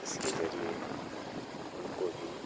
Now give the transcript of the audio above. इसके जरिए उनको भी